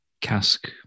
cask